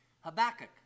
Habakkuk